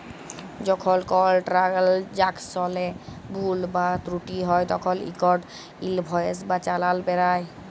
যখল কল ট্রালযাকশলে ভুল বা ত্রুটি হ্যয় তখল ইকট ইলভয়েস বা চালাল বেরাই